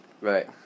right